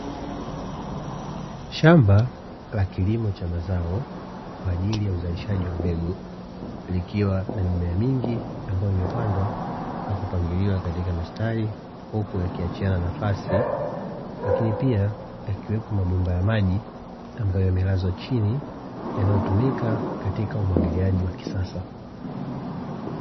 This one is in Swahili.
Shamba la kilimo cha mazao kwa ajili ya uzalishaji wa mbegu, likiwa na mimea mingi ambayo imepandwa na kupangiliwa katika mistari, huku yakiachiana nafasi. Lakini pia yakiwepo mabomba ya maji ambayo yamelazwa chini, yanayotumika katika umwagiliaji wa kisasa.